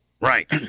right